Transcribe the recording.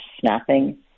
snapping